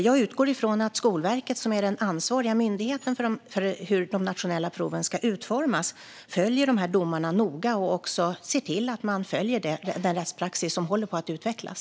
Jag utgår från att Skolverket, som är den myndighet som är ansvarig för hur de nationella proven ska utformas, följer domarna noga och också följer den rättspraxis som håller på att utvecklas.